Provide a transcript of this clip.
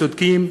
צודקים,